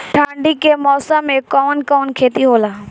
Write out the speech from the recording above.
ठंडी के मौसम में कवन कवन खेती होला?